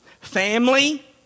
Family